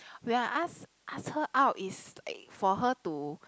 when I ask ask her out is for her to